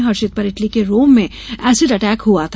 हर्षित पर इटली के रोम में एसिड अटैक हुआ था